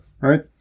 Right